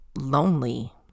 lonely